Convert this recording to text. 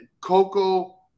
Coco